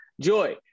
Joy